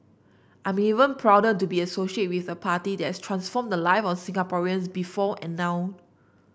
I'm even prouder to be associated with a party that has transformed the live of Singaporeans before and now